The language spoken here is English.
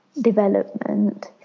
development